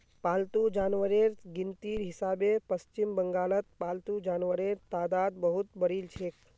पालतू जानवरेर गिनतीर हिसाबे पश्चिम बंगालत पालतू जानवरेर तादाद बहुत बढ़िलछेक